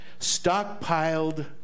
stockpiled